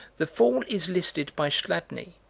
the fall is listed by chladni,